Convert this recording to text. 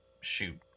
shoot